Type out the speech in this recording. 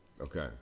Okay